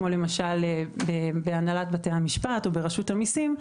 כמו למשל בהנהלת בתי המשפט או ברשות המיסים,